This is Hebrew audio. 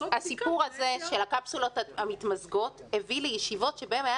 הסיפור הזה של הקפסולות המתמזגות הביא לישיבות שבהן היו